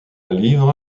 livre